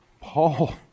Paul